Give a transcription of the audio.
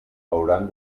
hauran